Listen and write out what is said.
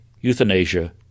euthanasia